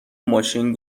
ماشین